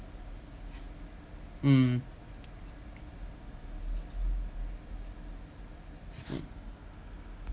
mm